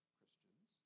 Christians